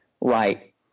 right